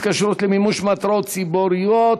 התקשרות למימוש מטרות ציבוריות),